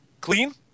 Clean